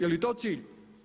Je li to cilj?